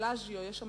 ב"בלאג'יו" יש שם